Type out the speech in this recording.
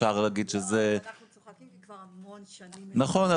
אפשר להגיד --- אנחנו צוחקים כי כבר המון שנים --- נכון.